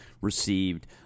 received